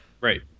Right